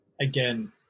Again